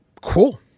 cool